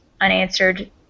unanswered